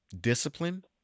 discipline